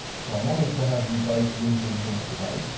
so i'm honored to have you both with me here today.